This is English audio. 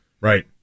Right